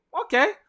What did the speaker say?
Okay